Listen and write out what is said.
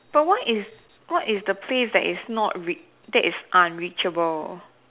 but what is what is the place that is not reach that is unreachable